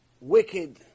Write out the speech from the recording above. wicked